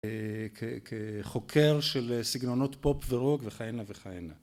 כחוקר של סגנונות פופ ורוק וכהנה וכהנה